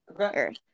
Okay